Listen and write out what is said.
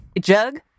jug